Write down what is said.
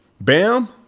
Bam